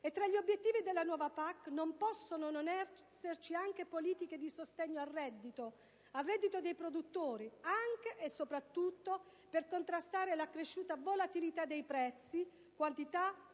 Tra gli obiettivi della nuova PAC, non possono non esserci anche politiche di sostegno al reddito dei produttori, anche e soprattutto per contrastare l'accresciuta volatilità dei prezzi, oltre